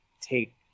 take